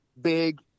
big